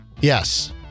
Yes